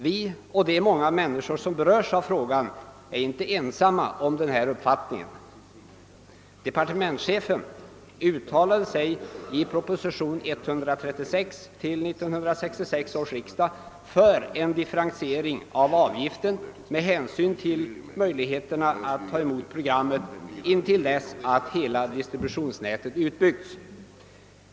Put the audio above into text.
Vi och de många människor som berörs av frågan är inte ensamma om denna uppfattning. I proposition nr 136 till 1966 års riksdag uttalar sig departementschefen för en differentiering av avgiften med hänsyn till möjligheterna att ta emot programmen intill dess att hela distributionsnätet utbyggts.